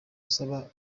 usaba